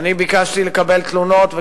ואני ביקשתי לקבל תלונות,